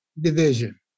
division